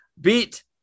beat